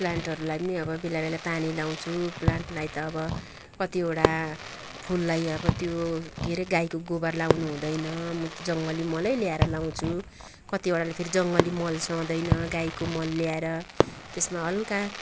प्लान्टहरूलाई पनि अब बेला बेला पानी लाउँछु प्लान्टलाई त अब कतिवटा फुललाई अब त्यो के हरे गाईको गोबर लाउनु हुँदैन मुत जङ्गली मलै ल्याएर लाउँछु कतिवटाले फेरि जङ्गली मल सहँदैन गाईको मल ल्याएर त्यसमा हल्का